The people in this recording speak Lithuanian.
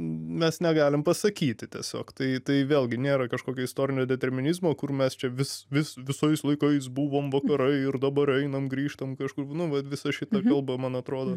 mes negalim pasakyti tiesiog tai tai vėlgi nėra kažkokio istorinio determinizmo kur mes čia vis vis visais laikais buvom vakarai ir dabar einam grįžtam kažkur nu vat visa šita kalba man atrodo